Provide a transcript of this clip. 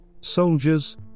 Soldiers